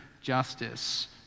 justice